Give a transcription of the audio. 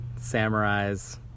samurais